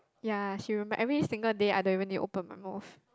ya she remember ever single day I don't even need to open my mouth